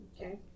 Okay